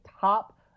top